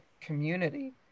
community